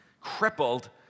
crippled